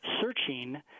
Searching